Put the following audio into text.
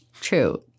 True